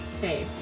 hey